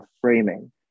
framing